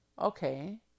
Okay